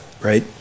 right